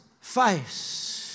face